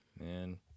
Man